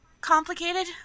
complicated